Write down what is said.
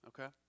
Okay